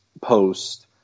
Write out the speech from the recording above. post